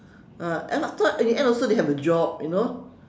ah and I thought in the end also they have a job you know